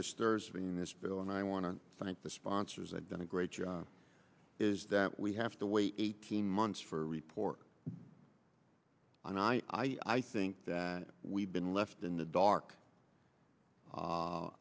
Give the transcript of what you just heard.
disturbs me in this bill and i want to thank the sponsors i've done a great job is that we have to wait eighteen months for a report and i i i think that we've been left in the dark